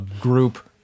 group